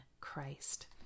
Christ